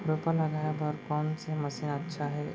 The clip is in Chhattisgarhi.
रोपा लगाय बर कोन से मशीन अच्छा हे?